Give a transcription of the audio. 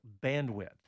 bandwidth